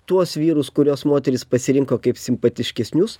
tuos vyrus kuriuos moterys pasirinko kaip simpatiškesnius